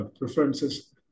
preferences